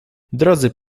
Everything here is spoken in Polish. drodzy